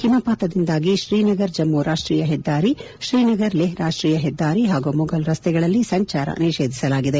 ಹಿಮಪಾತದಿಂದಾಗಿ ಶ್ರೀನಗರ್ ಜಮ್ಮ ರಾಷ್ಟೀಯ ಹೆದ್ದಾರಿ ಶ್ರೀನಗರ್ ಲೇಹ್ ರಾಷ್ಟೀಯ ಹೆದ್ದಾರಿ ಹಾಗೂ ಮುಘಲ್ ರಸ್ತೆಗಳಲ್ಲಿ ಸಂಚಾರ ನಿಷೇಧಿಸಲಾಗಿದೆ